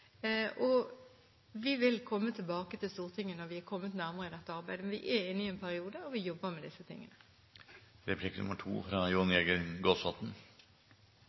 Vi vil komme tilbake til Stortinget når vi har kommet lenger i dette arbeidet, men vi er inne i en periode hvor vi jobber med disse tingene.